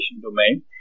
domain